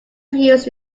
views